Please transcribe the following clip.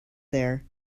there